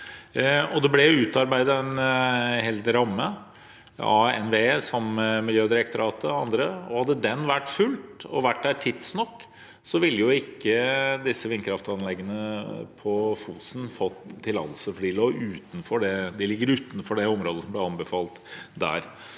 Det ble utarbeidet en helhetlig ramme av NVE, sammen med Miljødirektoratet og andre. Hadde den vært fulgt og vært der tidsnok, ville ikke disse vindkraftanleggene på Fosen fått tillatelse, for de ligger utenfor det området som ble anbefalt der.